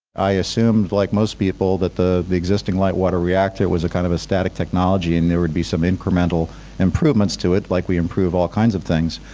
i assumed, like most people, the the existing light water reactor was a kind of static technology, and there would be some incremental improvements to it like we improve all kinds of things,